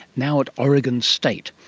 now at oregon state,